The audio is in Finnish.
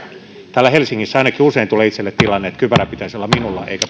täällä helsingissä usein tulee ainakin itselleni tilanne että kypärä pitäisi olla minulla eikä